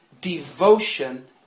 devotion